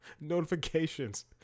notifications